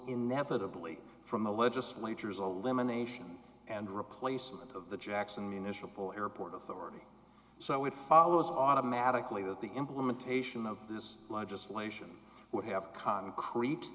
inevitably from the legislature is a limit nation and replacement of the jackson municipal airport authority so it follows automatically that the implementation of this legislation would have concrete